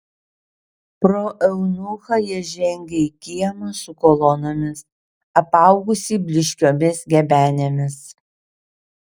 pro eunuchą jie žengė į kiemą su kolonomis apaugusį blyškiomis gebenėmis